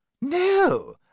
No